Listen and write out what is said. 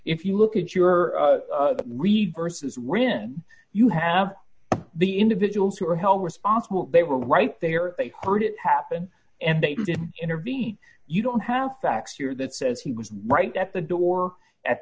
if you look at your reverses when you have the individuals who are held responsible they were right there they heard it happen and they didn't intervene you don't have facts here that says he was right at the door at